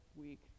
week